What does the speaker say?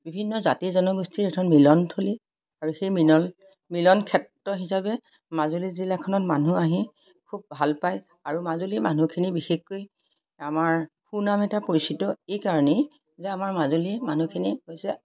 বিভিন্ন জাতি জনগোষ্ঠীৰ এখন মিলন থলী আৰু সেই মিনন মিলন ক্ষেত্ৰ হিচাপে মাজুলী জিলাখনত মানুহ আহি খুব ভাল পায় আৰু মাজুলীৰ মানুহখিনি বিশেষকৈ আমাৰ সুনাম এটা পৰিচিত এইকাৰণেই যে আমাৰ মাজুলী মানুহখিনি হৈছে